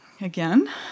Again